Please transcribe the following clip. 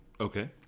okay